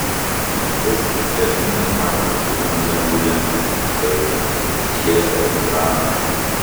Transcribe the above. mirtis ledinės žvakės juodam danguje kužda jis užgesę vulkanai